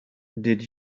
did